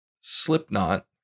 Slipknot